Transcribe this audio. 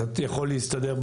אתה יכול להסתדר,